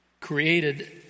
Created